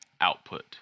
output